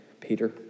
Peter